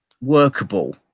workable